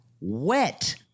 wet